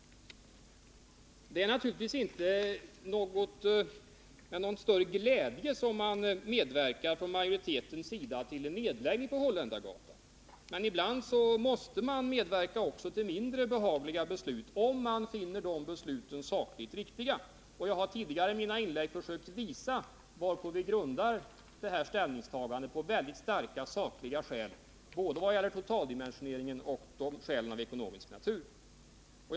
Det är naturligtvis inte med någon större glädje utskottsmajoriteten medverkar till en nedläggning på Holländargatan. Men ibland måste man medverka också till mindre behagliga beslut, om man finner de besluten sakligt riktiga. Jag har tidigare i mina inlägg försökt visa att vi grundar detta ställningstagande på väldigt starka sakliga skäl, det gäller de ekonomiska skälen lika väl som totaldimensioneringen.